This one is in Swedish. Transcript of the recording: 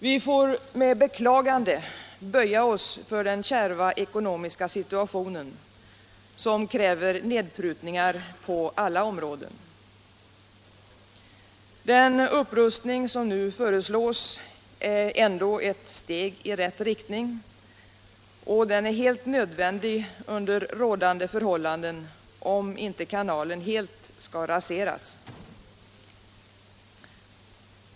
Vi får med beklagande böja oss för den kärva ekonomiska situationen, som kräver nedprutningar på alla områden. Den upprustning som nu föreslås är ändå ett steg i rätt riktning och helt nödvändig under rådande förhållanden, om inte kanalen helt skall raseras.